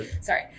Sorry